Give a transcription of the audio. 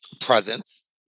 presence